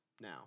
now